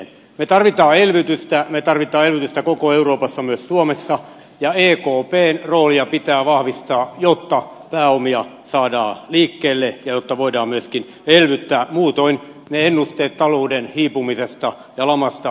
me tarvitsemme elvytystä me tarvitsemme elvytystä koko euroopassa myös suomessa ja ekpn roolia pitää vahvistaa jotta pääomia saadaan liikkeelle ja jotta voidaan myöskin elvyttää muutoin ennusteet talouden hiipumisesta ja lamasta todella toteutuvat